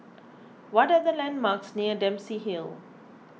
what are the landmarks near Dempsey Hill